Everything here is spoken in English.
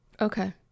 Okay